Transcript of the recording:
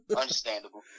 Understandable